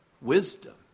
Wisdom